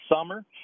summer